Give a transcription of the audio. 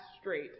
straight